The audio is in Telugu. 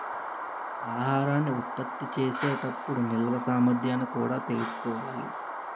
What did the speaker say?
ఆహారాన్ని ఉత్పత్తి చేసే టప్పుడు నిల్వ సామర్థ్యాన్ని కూడా తెలుసుకోవాలి